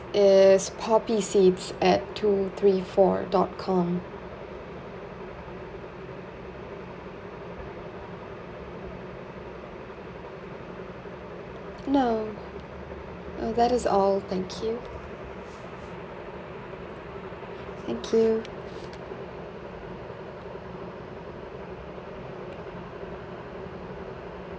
is poppy seeds at two three four dot com no oh that is all thank you thank you